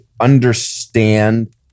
understand